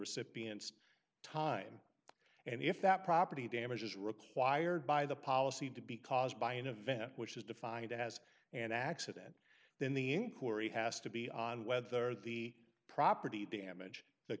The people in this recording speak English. recipient's time and if that property damage is required by the policy to be caused by an event which is defined as an accident then the inquiry has to be on whether the property damage the